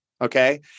okay